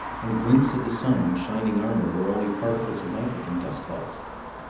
and glints of the sun on shining armor were only particles of mica in dust clouds.